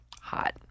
hot